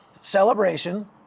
celebration